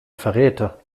verräter